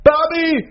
Bobby